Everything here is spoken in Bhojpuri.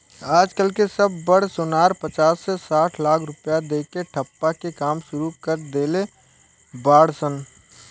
आज कल के सब बड़ सोनार पचास से साठ लाख रुपया दे के ठप्पा के काम सुरू कर देले बाड़ सन